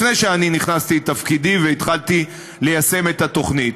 לפני שנכנסתי לתפקידי והתחלתי ליישם את התוכנית.